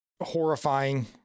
horrifying